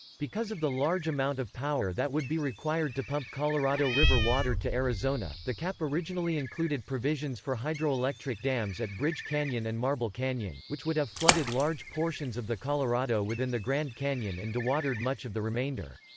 because of the large amount of power that would be required to pump colorado river water to arizona, the cap originally included provisions for hydroelectric dams at bridge canyon and marble canyon, which would have flooded large portions of the colorado within the grand canyon and dewatered much of the remainder.